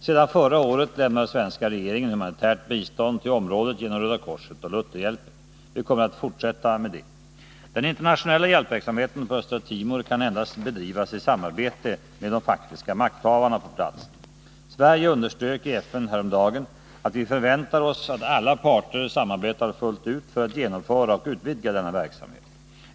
Sedan förra året lämnar den svenska regeringen humanitärt bistånd till området genom Röda korset och Lutherhjälpen. Vi kommer att fortsätta med det. Den internationella hjälpverksamheten på Östra Timor kan endast bedrivas i samarbete med de faktiska makthavarna på platsen. Sverige underströk i FN häromdagen att vi förväntar oss att alla parter samarbetar fullt ut för att genomföra och utvidga denna verksamhet.